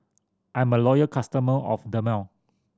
I'm a loyal customer of Dermale